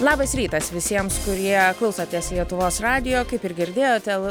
labas rytas visiems kurie klausotės lietuvos radijo kaip ir girdėjote